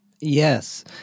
Yes